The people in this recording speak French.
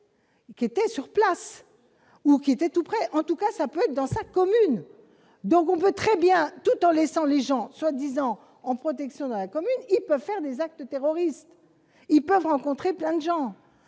qui étaient sur place. Ou qui étaient tout près, en tout cas, ça peut être dans sa commune, donc on peut très bien, tout en laissant les gens soi-disant en protection dans la commune et peuvent faire des actes terroristes, ils peuvent rencontrer plein de gens,